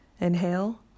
Inhale